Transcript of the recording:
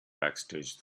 backstage